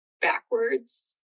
backwards